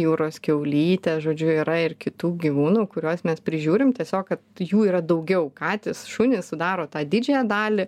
jūros kiaulytę žodžiu yra ir kitų gyvūnų kuriuos mes prižiūrim tiesiog kad jų yra daugiau katės šunys sudaro tą didžiąją dalį